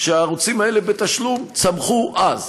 שהערוצים האלה בתשלום צמחו אז,